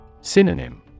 Synonym